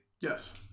Yes